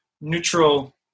neutral